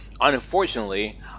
unfortunately